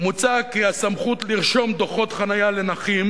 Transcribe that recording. מוצע כי הסמכות לרשום דוחות חנייה לנכים